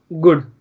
good